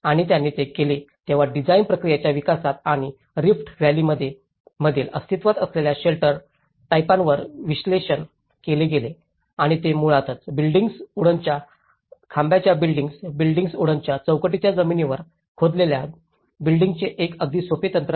आणि त्यांनी ते केले तेव्हा डिझाईन प्रक्रियेच्या विकासात आणि रिफ्ट व्हॅलीमधील अस्तित्त्वात असलेल्या शेल्टर टाइपांवर विश्लेषण केले गेले आणि ते मुळात बिल्डींग्स वूडनच्या खांबाच्या बिल्डींग्स बिल्डींग्स वूडनच्या चौकटीच्या जमिनीवर खोदलेल्या बिल्डींग्संचे एक अगदी सोप्या तंत्र आहेत